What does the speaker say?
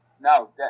No